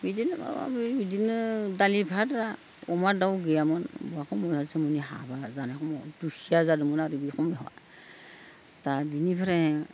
बिदिनो अ बिदिनो दालि भाट दा अमा दाउ गैयामोन बाखौबो जोंनि हाबा जानाय समाव दुखिया जादोंमोन आरो बे समयाव दा बेनिफ्राय